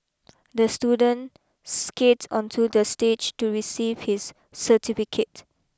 the student skate onto the stage to receive his certificate